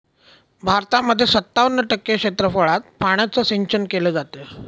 भारतामध्ये सत्तावन्न टक्के क्षेत्रफळात पाण्याचं सिंचन केले जात